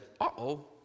uh-oh